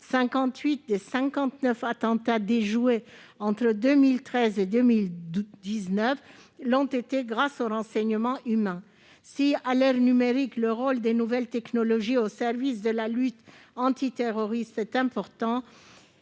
58 des 59 attentats déjoués entre 2013 et 2019 l'ont été grâce au renseignement humain. Si, à l'ère numérique, le rôle des nouvelles technologies au service de la lutte antiterroriste est important,